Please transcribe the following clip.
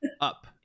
up